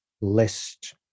list